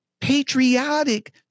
patriotic